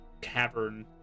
cavern